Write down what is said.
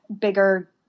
bigger